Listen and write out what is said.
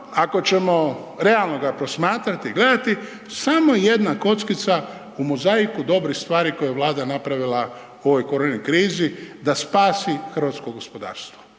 ako ćemo realnog ga promatrati i gledati, samo jedna kockica u mozaiku dobrih stvari koje je Vlada napravila u ovoj korona krizi da spasi hrvatsko gospodarstvo